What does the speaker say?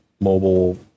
mobile